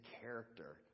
character